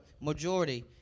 majority